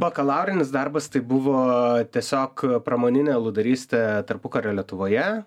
bakalaurinis darbas tai buvo tiesiog pramoninė aludarystė tarpukario lietuvoje